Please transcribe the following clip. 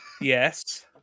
Yes